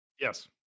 Yes